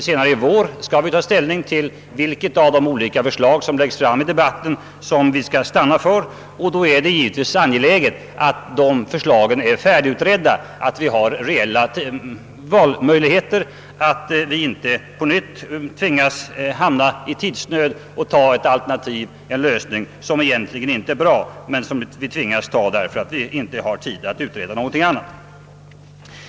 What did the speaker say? Senare i vår skall vi ta ställning till vilket av de olika förslagen vi skall stanna för, och då är det givetvis angeläget att alla dessa är färdigutredda så att vi har reella valmöjligheter, och inte på nytt hamnar i tidsnöd och tvingas ta en lösning som egentligen inte är bra men som vi måste ta därför att vi inte har tid att utreda något annat alternativ.